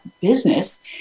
business